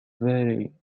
very